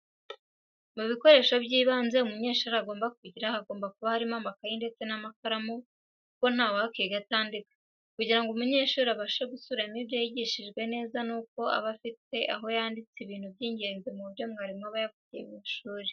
Mu bikoresho by'ibanze umunyeshuri agomba kugira hagomba kuba harimo amakayi ndetse n'amakaramu kuko ntawakiga atandika. Kugira ngo umunyeshuri abashe gusubiramo ibyo yigishijwe neza nuko aba afite aho yanditse ibintu by'igenzi mu byo mwarimu aba yavugiye mu ishuri.